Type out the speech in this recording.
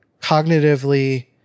cognitively